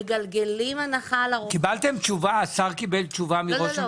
השר קיבל תשובה מראש